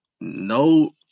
no